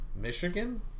Michigan